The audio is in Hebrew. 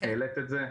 העלית את זה.